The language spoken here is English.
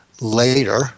later